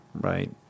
Right